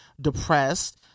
depressed